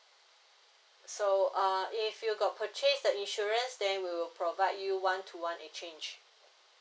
so uh if you got purchased the insurance then we'll provide one to one exchange